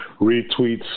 retweets